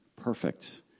perfect